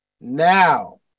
Now